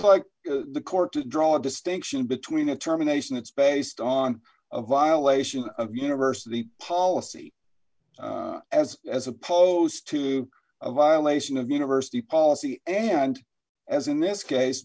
like the court to draw a distinction between a terminations that's based on a violation of university policy as as opposed to a violation of university policy and as in this case